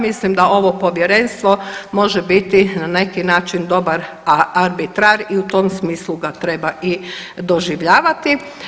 Mislim da ovo povjerenstvo može biti na neki način dobar arbitar i u tom smislu ga treba i doživljavati.